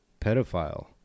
pedophile